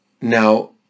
Now